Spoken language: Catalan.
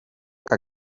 que